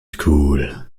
cool